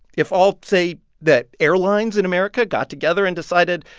if all, say, the airlines in america got together and decided,